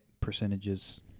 percentages